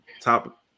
top